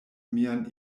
mian